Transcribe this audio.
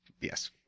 yes